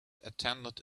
attended